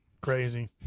crazy